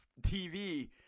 TV